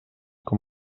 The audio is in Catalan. com